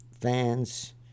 fans